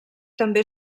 també